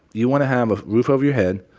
you want to have a roof over your head,